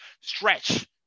stretch